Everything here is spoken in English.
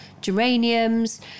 geraniums